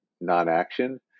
non-action